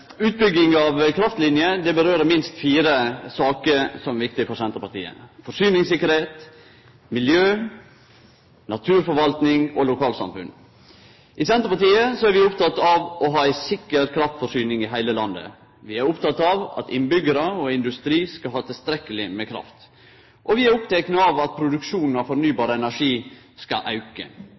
Senterpartiet er vi opptekne av å ha ei sikker kraftforsyning i heile landet. Vi er opptekne av at innbyggjarar og industri skal ha tilstrekkeleg med kraft. Og vi er opptekne av at produksjonen av fornybar energi skal auke.